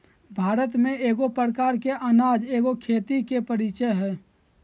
भारत में एगो प्रकार के अनाज एगो खेती के परीचय हइ